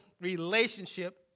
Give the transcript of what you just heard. relationship